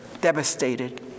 devastated